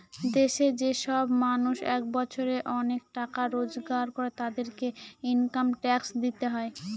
দেশে যে সব মানুষ এক বছরে অনেক টাকা রোজগার করে, তাদেরকে ইনকাম ট্যাক্স দিতে হয়